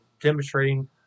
demonstrating